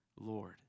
Lord